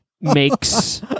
makes